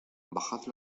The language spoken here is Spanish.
bajad